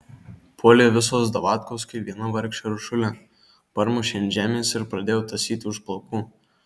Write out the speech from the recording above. puolė visos davatkos kaip viena vargšę uršulę parmušė ant žemės ir pradėjo tąsyti už plaukų